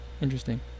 interesting